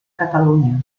catalunya